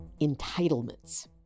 entitlements